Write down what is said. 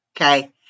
Okay